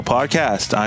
Podcast